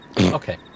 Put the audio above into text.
Okay